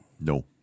No